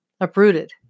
uprooted